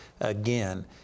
again